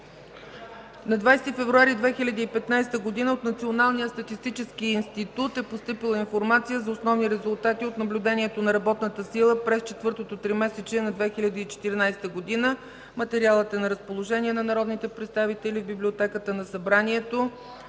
На 20 февруари 2015 г. в Националния статистически институт е постъпила информация за основни резултати от наблюдението на работната сила през четвъртото тримесечие на 2014 г. Материалът е на разположение на народните представители в Библиотеката на Народното